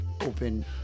open